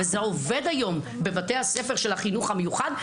וזה עובד היום בבתי הספר של החינוך המיוחד,